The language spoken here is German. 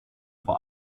vor